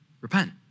Repent